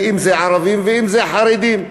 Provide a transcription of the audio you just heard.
אם ערבים ואם חרדים.